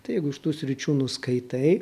tai jeigu iš tų sričių nuskaitai